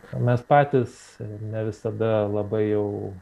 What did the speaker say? mes patys ne visada labai jau